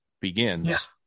begins